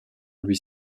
lui